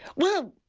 well,